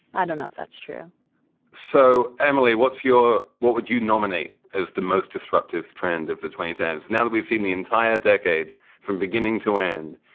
i don't know if that's true so, emily, what's your what would you nominate as the most disruptive trend of the twenty ten s now that we've seen the entire decade from beginning to end?